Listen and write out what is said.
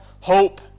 hope